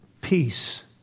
Peace